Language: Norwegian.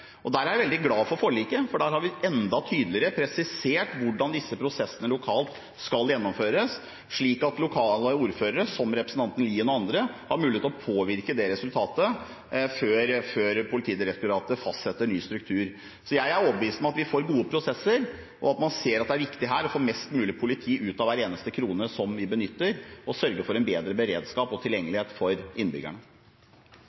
Og der er jeg veldig glad for forliket, for der har vi enda tydeligere presisert hvordan disse prosessene lokalt skal gjennomføres, slik at lokale ordførere, som representanten Lien og andre, har mulighet til å påvirke resultatet før Politidirektoratet fastsetter ny struktur. Så jeg er overbevist om at vi får gode prosesser, og at man ser at det er viktig her å få mest mulig politi ut av hver eneste krone som vi benytter, og sørge for en bedre beredskap og tilgjengelighet for innbyggerne.